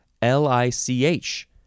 L-I-C-H